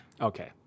Okay